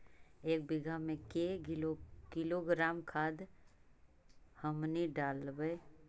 एक बीघा मे के किलोग्राम खाद हमनि डालबाय?